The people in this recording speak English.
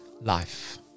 life